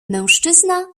mężczyzna